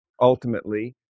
Ultimately